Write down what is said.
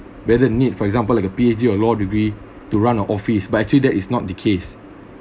whether need for example like a P_H_D of law degree to run our office but actually that is not the case